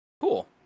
cool